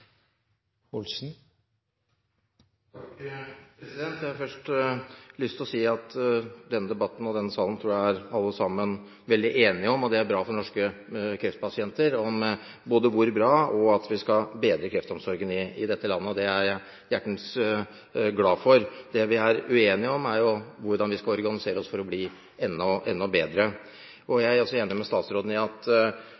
Jeg har først lyst til å si at i denne debatten tror jeg alle sammen i denne salen er veldig enige om – og det er bra for norske kreftpasienter – både hvor bra kreftomsorgen i dette landet er, og at vi skal bedre den. Det er jeg hjertens glad for. Det vi er uenige om, er jo hvordan vi skal organisere oss for å bli enda bedre.